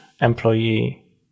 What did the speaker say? employee